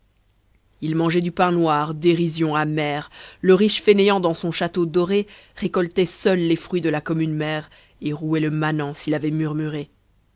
il mangeait du pain noir dérision amère le riche fainéant dans son château doré récoltait seul les fruits de la commune mère et rouait le manant s'il avait murmuré